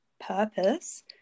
purpose